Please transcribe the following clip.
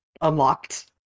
Unlocked